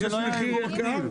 יש מחיר יקר.